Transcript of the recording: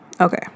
Okay